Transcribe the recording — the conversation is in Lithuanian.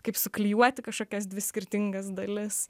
kaip suklijuoti kažkokias dvi skirtingas dalis